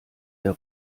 der